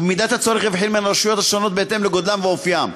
ובמידת הצורך יבחין בין הרשויות בהתאם לגודלן ואופיין,